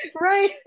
Right